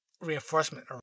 reinforcement